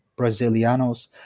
Brazilianos